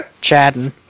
chatting